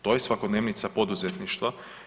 To je svakodnevnica poduzetništva.